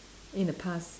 in the past